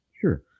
sure